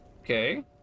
Okay